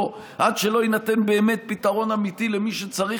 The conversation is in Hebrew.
שעד שלא יינתן פתרון אמיתי למי שצריך,